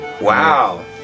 Wow